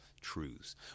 truths